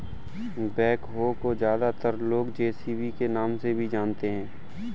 backhoe को ज्यादातर लोग जे.सी.बी के नाम से भी जानते हैं